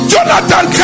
Jonathan